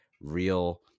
real